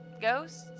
Ghosts